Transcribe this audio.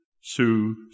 Sue